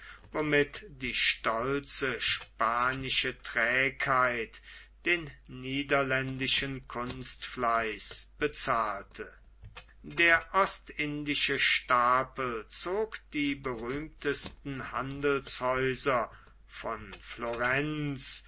womit die stolze spanische trägheit den niederländischen kunstfleiß bezahlte der ostindische stapel zog die berühmtesten handelshäuser von florenz